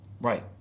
Right